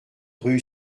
rue